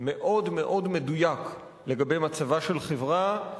מאוד מאוד מדויק לגבי מצבה של חברה.